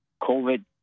covid